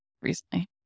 recently